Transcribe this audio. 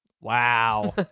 Wow